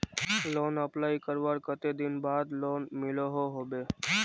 Loan apply करवार कते दिन बाद लोन मिलोहो होबे?